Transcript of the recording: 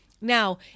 Now